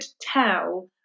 tell